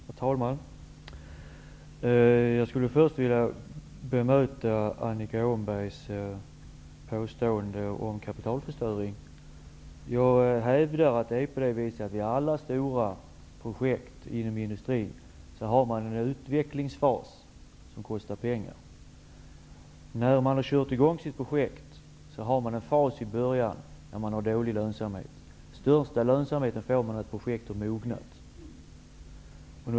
Herr talman! Jag skulle först vilja bemöta Annika Åhnbergs påstående om kapitalförstöring. Jag hävdar att man i alla stora projekt inom industrin har en utvecklingsfas som kostar pengar. När man kört i gång ett projekt har man i början en fas med dålig lönsamhet. Den största lönsamheten får man när projektet har mognat.